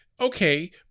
okay